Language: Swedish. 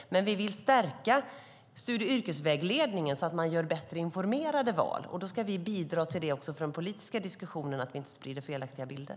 Men vi vill stärka studie och yrkesvägledningen så att eleverna gör bättre informerade val. Det ska vi bidra till också från den politiska diskussionen och inte sprida felaktiga bilder.